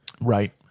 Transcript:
Right